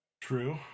true